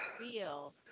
real